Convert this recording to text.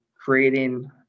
creating